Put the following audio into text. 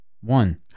One